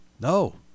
No